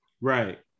Right